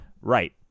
right